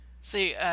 See